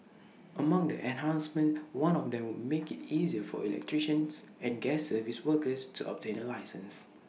among the enhancements one of them would make IT easier for electricians and gas service workers to obtain A licence